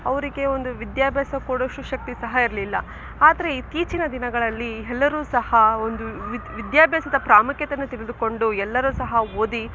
ಅವರಿಗೆ ಒಂದು ವಿದ್ಯಾಭ್ಯಾಸ ಕೊಡುವಷ್ಟು ಶಕ್ತಿ ಸಹ ಇರಲಿಲ್ಲ ಆದರೆ ಇತ್ತೀಚಿನ ದಿನಗಳಲ್ಲಿ ಎಲ್ಲರೂ ಸಹ ಒಂದು ವಿದ್ಯಾಭ್ಯಾಸದ ಪ್ರಾಮುಖ್ಯತೆಯನ್ನು ತಿಳಿದುಕೊಂಡು ಎಲ್ಲರೂ ಸಹ ಓದಿ